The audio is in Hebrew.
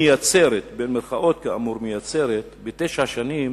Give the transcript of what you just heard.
"מייצרת" בתשע שנים